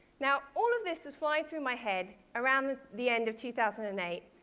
now, all of this was flying through my head, around the end of two thousand and eight.